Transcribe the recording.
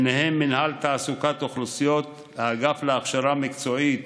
ובהם מינהל תעסוקת אוכלוסיות, האגף להכשרה מקצועית